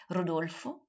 Rodolfo